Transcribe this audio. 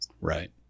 right